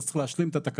אז אפשר להשלים את התקנות